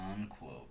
unquote